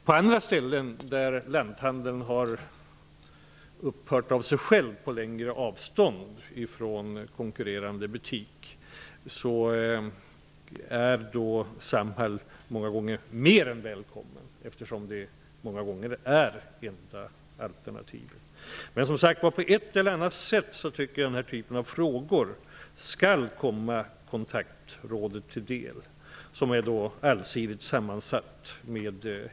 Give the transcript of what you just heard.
På andra ställen på längre avstånd från konkurrerande butiker där en lanthandel har upphört av sig själv är Samhall många gånger mer än välkommen, eftersom Samhall ofta är det enda alternativet. Jag tycker dock att frågor av denna typ på ett eller annat sätt skall komma Kontaktrådet till del. Kontaktrådet är allsidigt sammansatt.